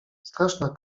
straszna